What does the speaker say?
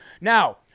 Now